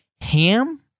Ham